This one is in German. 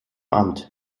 amt